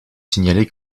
signaler